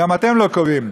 גם אתם לא קובעים.